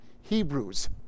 Hebrews